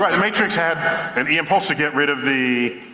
right, matrix had an e-impulse to get rid of the